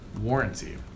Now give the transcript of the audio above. warranty